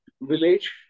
village